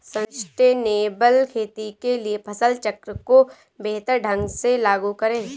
sustainable खेती के लिए फसल चक्र को बेहतर ढंग से लागू करें